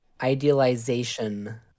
idealization